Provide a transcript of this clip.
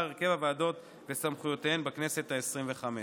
הרכב הוועדות וסמכויותיהן בכנסת העשרים-וחמש.